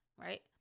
right